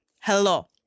hello